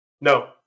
No